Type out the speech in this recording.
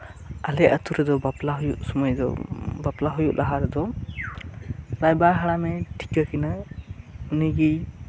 ᱟᱞᱮ ᱟᱹᱛᱩᱨᱮᱫᱚ ᱵᱟᱯᱞᱟ ᱦᱩᱭᱩᱜ ᱥᱩᱢᱟᱹᱭ ᱫᱚ ᱵᱟᱯᱞᱟ ᱦᱩᱭᱩᱜ ᱞᱟᱦᱟᱨᱮᱫᱚ ᱨᱟᱭᱵᱟᱨ ᱦᱟᱲᱟᱢᱮ ᱴᱷᱟᱤᱠᱟᱹ ᱠᱤᱱᱟᱹ ᱩᱱᱤᱜᱮᱭ